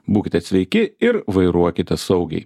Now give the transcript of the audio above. būkite sveiki ir vairuokite saugiai